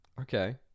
Okay